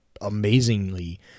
amazingly